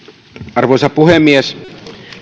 arvoisa puhemies